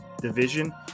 division